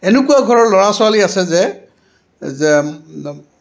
এনেকুৱা ঘৰৰ ল'ৰা ছোৱালী আছে যে যে